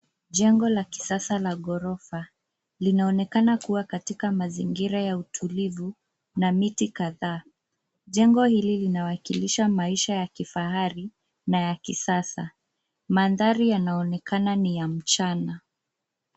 Jengo la kisasa la ghorofa linaonekana kuwa katika mazingira ya utulivu na miti kadhaa. Jengo hili linawakilisha maisha ya kifahari na ya kisasa. Mandhari yanaonekana ni ya mchana.